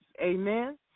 amen